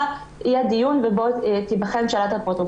יהיה דיון שתיבחן בו שאלת האפוטרופסות.